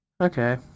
Okay